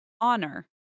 honor